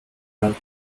hört